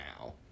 now